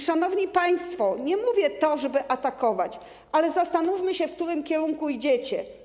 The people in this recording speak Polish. Szanowni państwo, nie mówię tego, żeby atakować, ale zastanówmy się, w którym kierunku idziecie.